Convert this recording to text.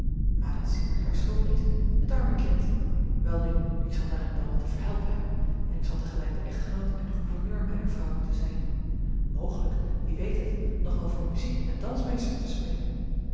maar dat is immers hare schuld niet het arme kind welnu ik zal daarin dan wat te verhelpen hebben en ik zal tegelijk de echtgenoot en de gouverneur mijner vrouw moeten zijn mogelijk wie weet het nog wel voor muziek en dansmeester moeten spelen